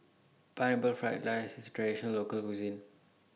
Pineapple Fried Rice IS A Traditional Local Cuisine